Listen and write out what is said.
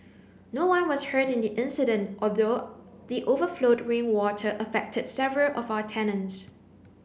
no one was hurt in the incident although the overflowed rainwater affected several of our tenants